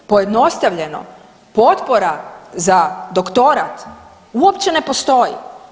Pojednostavljeno potpora za doktora uopće ne postoji.